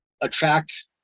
attract